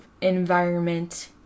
environment